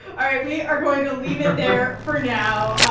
all right, we are going to leave it there for now.